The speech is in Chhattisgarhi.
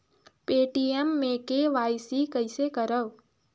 पे.टी.एम मे के.वाई.सी कइसे करव?